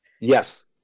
yes